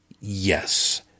yes